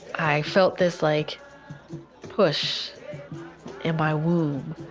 i felt this like push in my womb.